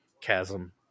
chasm